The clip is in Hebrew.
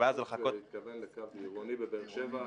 הבעיה זה לחכות --- הוא התכוון לקו עירוני בבאר שבע,